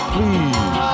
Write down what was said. Please